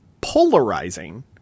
polarizing